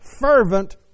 fervent